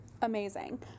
amazing